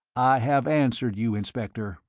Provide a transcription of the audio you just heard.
i have answered you, inspector.